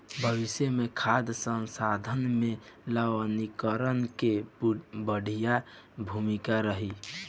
भविष्य मे खाद्य संसाधन में लवणीकरण के बढ़िया भूमिका रही